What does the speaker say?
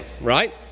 right